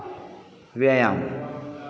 व्यायाम